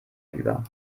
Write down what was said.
über